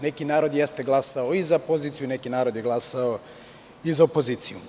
Neki narod jeste glasao i za poziciju, neki narod je glasao i za opoziciju.